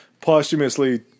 posthumously